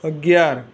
અગિયાર